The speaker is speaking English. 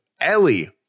Ellie